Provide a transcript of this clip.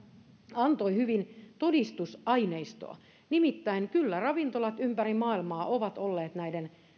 antoi hyvin todistusaineistoa että kyllä ravintolat ympäri maailmaa ovat olleet näiden